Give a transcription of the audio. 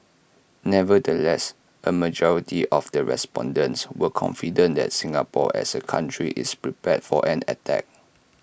nevertheless A majority of the respondents were confident that Singapore as A country is prepared for an attack